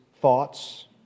thoughts